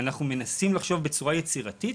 אנחנו מנסים לחשוב בצורה יצירתית,